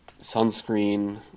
sunscreen